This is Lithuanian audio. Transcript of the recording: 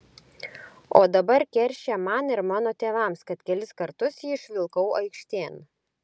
o dabar keršija man ir mano tėvams kad kelis kartus jį išvilkau aikštėn